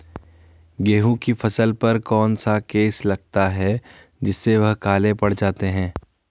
गेहूँ की फसल पर कौन सा केस लगता है जिससे वह काले पड़ जाते हैं?